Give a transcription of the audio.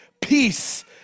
Peace